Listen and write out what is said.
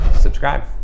subscribe